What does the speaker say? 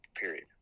period